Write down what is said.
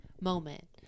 moment